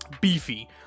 Beefy